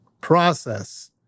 process